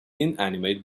inanimate